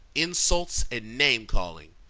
insults, and name-calling.